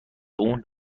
اون